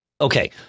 Okay